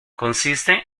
consiste